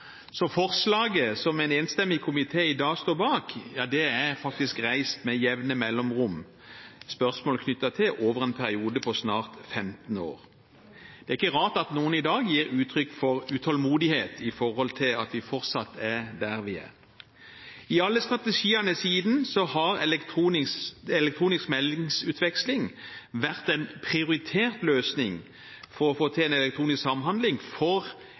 Så forslaget som en enstemmig komité i dag står bak, er faktisk reist med jevne mellomrom – med spørsmål knyttet til – over en periode på snart 15 år. Det er ikke rart at noen i dag gir uttrykk for utålmodighet over at vi fortsatt er der vi er. I alle strategiene siden har elektronisk meldingsutveksling vært en prioritert løsning for å få til en elektronisk samhandling for